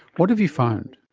what have you found?